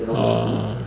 orh